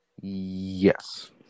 Yes